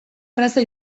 erraza